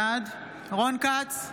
בעד רון כץ,